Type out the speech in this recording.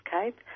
Cape